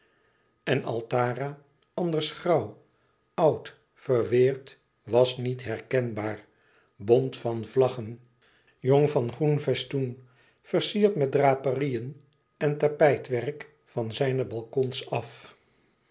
en altara anders grauw oud verweerd was niet herkenbaar bont van vlaggen jong van groen festoenen versierd met draperieën en tapijtwerk van zijne balkons af